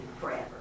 forever